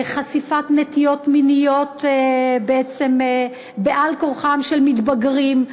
חשיפת נטיות מיניות בעל-כורחם של מתבגרים,